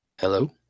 Hello